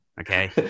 okay